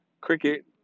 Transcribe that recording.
Cricket